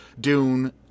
Dune